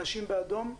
אנשים באדום.